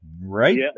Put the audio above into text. Right